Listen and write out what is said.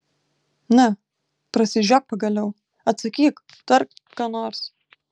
na prasižiok pagaliau atsakyk tark ką nors